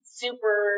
super